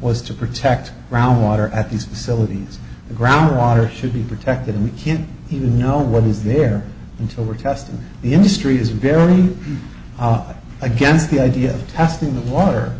was to protect ground water at these facilities the groundwater should be protected and we can't even know what is there until we're testing the industry is very much against the idea of testing the water